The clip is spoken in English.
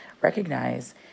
recognize